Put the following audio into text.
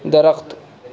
درخت